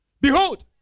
Behold